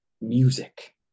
music